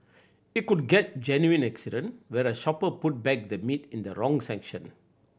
it could get genuine accident where a shopper put back the meat in the wrong section